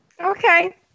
Okay